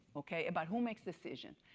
okay, about who makes decision.